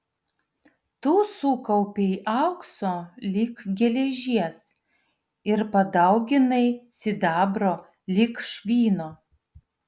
tu sukaupei aukso lyg geležies ir padauginai sidabro lyg švino